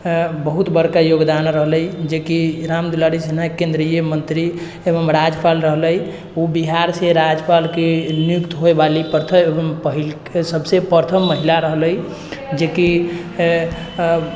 बहुत बड़का योगदान रहलै जेकि राम दुलारी सिन्हा केंद्रीय मंत्री एवं राज्यपाल रहलै ओ बिहार से राज्यपालके नियुक्त होय वाली प्रथम पहिल सबसे प्रथम महिला रहलै जेकि